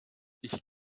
ich